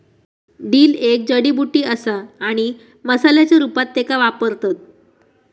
dill एक जडीबुटी असा आणि मसाल्याच्या रूपात त्येका वापरतत